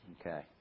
Okay